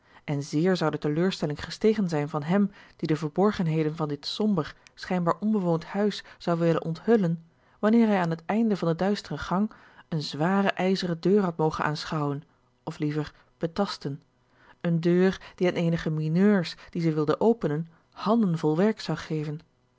en zeer zou de teleurstelling gestegen zijn van hem die de verborgenheden van dit somber schijnbaar onbewoond huis zou willen onthullen wanneer hij aan het einde van den duisteren gang eene zware ijzeren deur had mogen aanschouwen of liever betasten eene deur die aan eenige mineurs die ze wilden openen handen vol werks zou geven